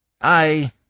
I